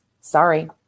sorry